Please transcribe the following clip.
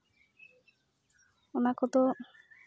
ᱚᱱᱟ ᱠᱚᱫᱚ